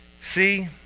see